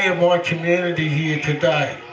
yeah my community here today,